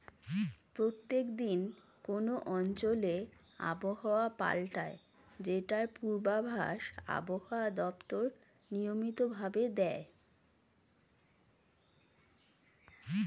প্রত্যেক দিন কোন অঞ্চলে আবহাওয়া পাল্টায় যেটার পূর্বাভাস আবহাওয়া দপ্তর নিয়মিত ভাবে দেয়